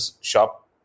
shop